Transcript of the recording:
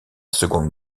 seconde